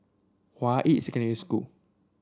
Hua Yi Secondary School